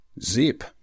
zip